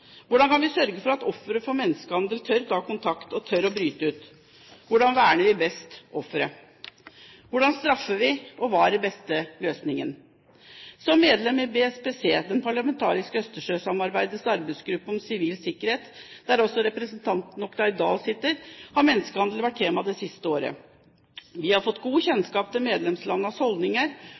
Hvordan kan vi sørge for at offer for menneskehandel tør å ta kontakt og tør å bryte ut? Hvordan verner vi best offeret? Hvordan straffer vi, og hva er den beste løsningen? I BSPC – det parlamentariske østersjøsamarbeidets arbeidsgruppe om sivil sikkerhet, der jeg og også representanten Oktay Dahl sitter – har menneskehandel vært tema det siste året. Vi har fått god kjennskap til medlemslandenes holdninger,